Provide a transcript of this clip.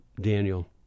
Daniel